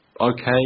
okay